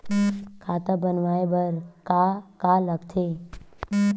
खाता बनवाय बर का का लगथे?